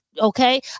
okay